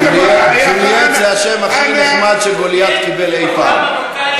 ג'ולייט זה השם הכי נחמד שגוליית קיבל אי-פעם.